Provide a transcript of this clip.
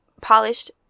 polished